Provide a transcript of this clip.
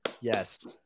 Yes